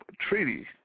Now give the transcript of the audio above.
treaty